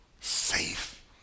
safe